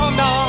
no